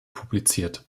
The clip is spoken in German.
publiziert